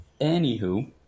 anywho